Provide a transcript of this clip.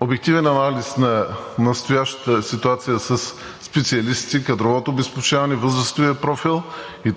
обективен анализ на настоящата ситуация със специалисти – кадровото обезпечаване, възрастовия профил.